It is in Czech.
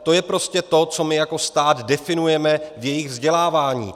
To je prostě to, co my jako stát definujeme v jejich vzdělávání.